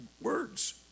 words